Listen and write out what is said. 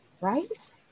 right